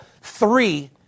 three